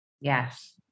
Yes